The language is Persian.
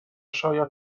شاید